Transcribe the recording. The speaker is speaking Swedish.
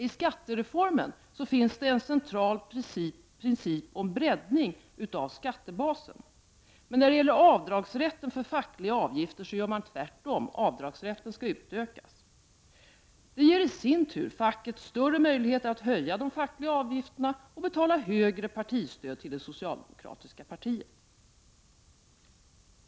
I skattereformen finns en central princip om breddning av skattebasen. Men när det gäller avdragsrätten för fackliga avgifter gör man tvärtom. Avdragsrätten skall utökas. Det ger i sin tur facket större möjligheter att höja de fackliga avgifterna och betala högre partistöd till det socialdemokratiska partiet.